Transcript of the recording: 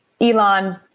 Elon